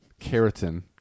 Keratin